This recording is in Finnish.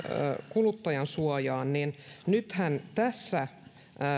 kuluttajansuojaan nythän tässä